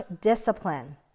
discipline